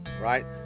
right